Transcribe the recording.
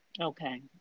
Okay